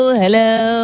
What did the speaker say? hello